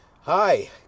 Hi